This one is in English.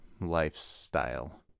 lifestyle